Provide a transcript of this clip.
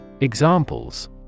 Examples